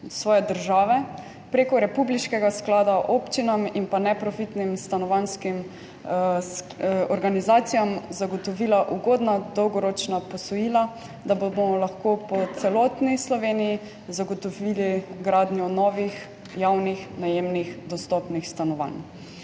svoje države preko republiškega sklada občinam in neprofitnim stanovanjskim organizacijam zagotovila ugodna dolgoročna posojila, da bomo lahko po celotni Sloveniji zagotovili gradnjo novih javnih najemnih dostopnih stanovanj.